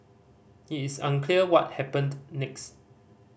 it is unclear what happened next